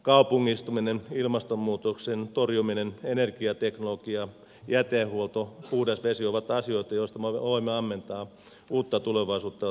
kaupungistuminen ilmastonmuutoksen torjuminen energiateknologia jätehuolto puhdas vesi ovat asioita joista voimme ammentaa uutta tulevaisuutta ja uutta vientiä